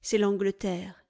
c'est l'angleterre